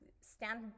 stand